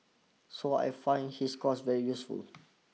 so I find his course very useful